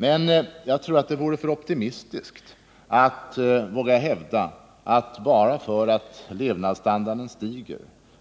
Men jag tror att det vore alltför optimistiskt att våga hävda att bara därför att levnadsstandarden stiger,